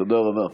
תודה רבה.